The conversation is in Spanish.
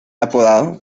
apodado